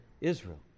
Israel